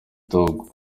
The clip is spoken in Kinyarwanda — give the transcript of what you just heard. dogg